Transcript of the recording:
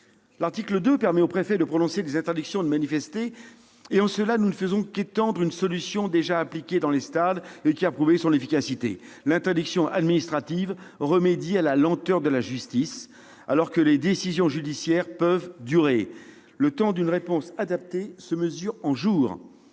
L'article 2 permet aux préfets de prononcer des interdictions de manifester et, en cela, il ne fait qu'étendre une solution déjà appliquée dans les stades et qui a prouvé son efficacité. L'interdiction administrative remédie à la lenteur de la justice. Alors que les décisions judiciaires peuvent se faire attendre des années, le temps d'une réponse adaptée se mesure en jours.